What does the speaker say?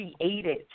created